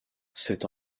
cette